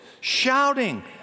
shouting